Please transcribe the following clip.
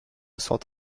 sont